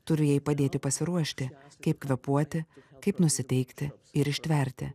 turiu jai padėti pasiruošti kaip kvėpuoti kaip nusiteikti ir ištverti